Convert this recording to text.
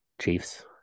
Chiefs